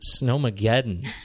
Snowmageddon